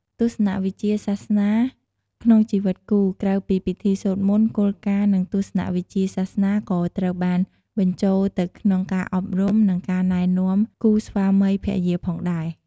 ទស្សនវិជ្ជាសាសនាក្នុងជីវិតគូ ក្រៅពីពិធីសូត្រមន្ត គោលការណ៍ និងទស្សនវិជ្ជាសាសនាក៏ត្រូវបានបញ្ចូលទៅក្នុងការអប់រំ និងការណែនាំគូស្វាមីភរិយាផងដែរ៖